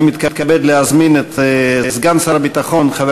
אני מתכבד להזמין את סגן שר הביטחון חבר